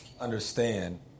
understand